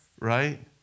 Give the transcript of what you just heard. Right